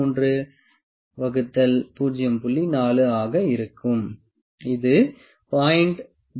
4 ஆக இருக்கும்